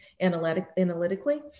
analytically